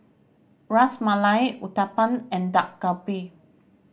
Ras Malai Uthapam and Dak Galbi